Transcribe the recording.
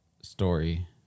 story